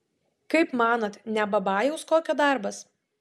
kaip manot ne babajaus kokio darbas